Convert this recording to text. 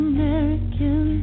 American